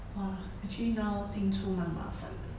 !wah! actually now 进出蛮麻烦的